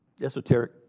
esoteric